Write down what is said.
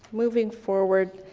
moving forward.